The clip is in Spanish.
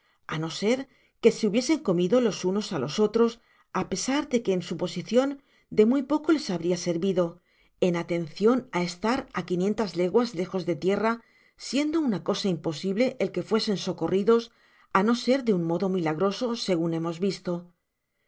á no ser que se hubiesen comido los uno á los otros á pesar de que en su posicion de muy poco les habria servido en atencion á content from google book search generated at estar á quinientas leguas lejos de tierra siendo ana cosa imposible el que fuesensocorridos á no ser de un modo milagroso segun hemos visto mas